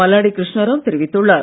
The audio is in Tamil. மல்லாடி கிருஷ்ணாராவ் தெரிவித்துள்ளார்